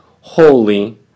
holy